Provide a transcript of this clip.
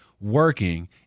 working